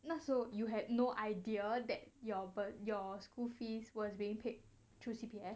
那时候 you had no idea that your bur~ your school fees was being paid through C_P_F